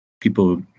People